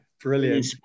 brilliant